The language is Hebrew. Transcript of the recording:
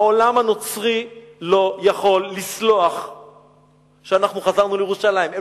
העולם הנוצרי לא יכול לסלוח על זה שאנחנו חזרנו לירושלים.